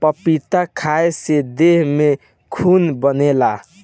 पपीता खाए से देह में खून बनेला